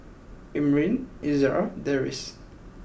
Amrin Izara and Deris